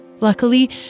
Luckily